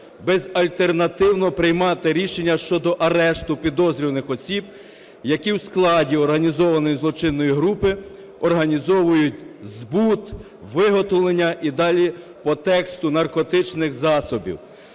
безальтернативно приймати рішення щодо арешту підозрюваних осіб, які в складі організованої злочинної групи організовують збут, виготовлення (і далі по тексту) наркотичних засобів.